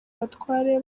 abatware